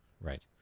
Right